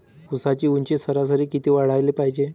ऊसाची ऊंची सरासरी किती वाढाले पायजे?